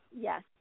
yes